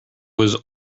was